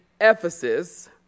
Ephesus